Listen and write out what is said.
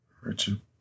Richard